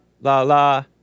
la-la